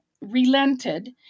relented